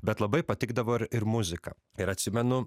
bet labai patikdavo ir ir muzika ir atsimenu